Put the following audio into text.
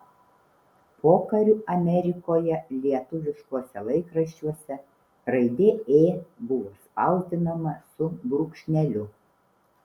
pokariu amerikoje lietuviškuose laikraščiuose raidė ė buvo spausdinama su brūkšneliu